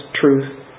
truth